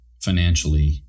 financially